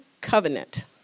covenant